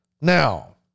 Now